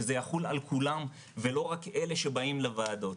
שזה יחול על כולם ולא רק את אלה שבאים לוועדות.